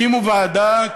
הקימו ועדה,